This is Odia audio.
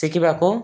ଶିଖିବାକୁ